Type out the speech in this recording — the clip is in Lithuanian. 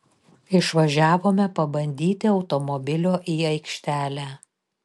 išvažiavome pabandyti automobilio į aikštelę